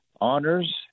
honors